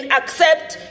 accept